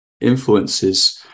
influences